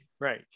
right